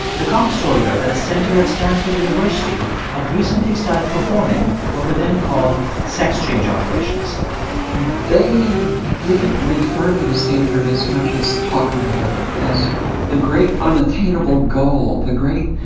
the cops told her that a center at stanford university had recently started performing what were then called sex change operations they didn't refer me to stanford as much as talk about it as the great, unattainable goal the great,